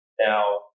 Now